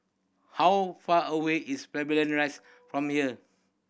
how far away is Pavilion Rise from here